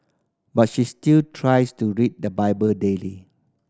but she still tries to read the Bible daily